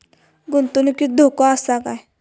गुंतवणुकीत धोको आसा काय?